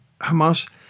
Hamas